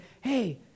hey